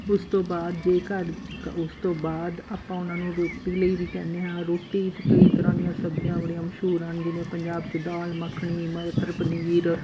ਉਸ ਤੋਂ ਬਾਅਦ ਜੇ ਘਰ ਉਸ ਤੋਂ ਬਾਅਦ ਆਪਾਂ ਉਹਨਾਂ ਨੂੰ ਰੋਟੀ ਲਈ ਵੀ ਕਹਿੰਦੇ ਹਾਂ ਰੋਟੀ 'ਚ ਕਈ ਤਰ੍ਹਾਂ ਦੀਆਂ ਸਬਜ਼ੀਆਂ ਬੜੀਆਂ ਮਸ਼ਹੂਰ ਹਨ ਜਿਵੇਂ ਪੰਜਾਬ 'ਚ ਦਾਲ ਮੱਖਣੀ ਮਟਰ ਪਨੀਰ